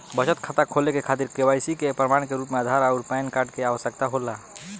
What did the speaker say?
बचत खाता खोले के खातिर केवाइसी के प्रमाण के रूप में आधार आउर पैन कार्ड के आवश्यकता होला